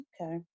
Okay